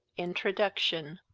introduction.